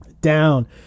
down